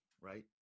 right